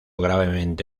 gravemente